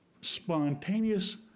spontaneous